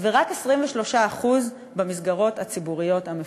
ורק 23% במסגרות הציבוריות המפוקחות.